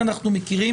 כי אנחנו מכירים